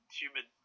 human